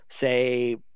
say